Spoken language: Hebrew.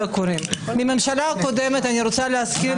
מהממשלה הקודמת אני רוצה להזכיר